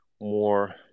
more